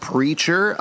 Preacher